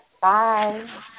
Bye